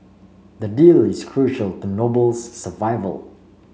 the deal is crucial to Noble's survival